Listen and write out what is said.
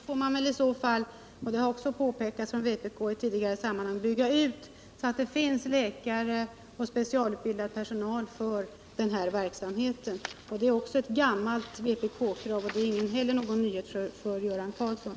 Herr talman! I så fall får man väl — det har påpekats från vpk i tidigare sammanhang — bygga ut så att det finns läkare och specialutbildad personal för denna verksamhet. Det är också ett gammalt vpk-krav, och det är inte någon nyhet för Göran Karlsson.